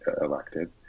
elected